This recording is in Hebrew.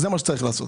זה מה שצריך לעשות.